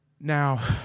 Now